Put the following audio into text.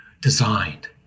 designed